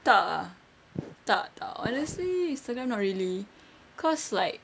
tak ah tak tak honestly instagram not really cause like